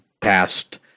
past